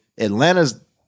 Atlanta's